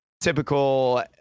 typical